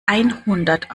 einhundert